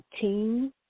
team